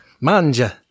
manja